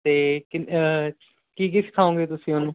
ਅਤੇ ਕਿਨ ਕੀ ਕੀ ਸਿਖਾਉਂਗੇ ਤੁਸੀਂ ਉਹਨੂੰ